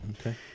okay